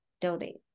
donate